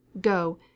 Go